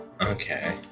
Okay